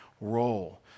role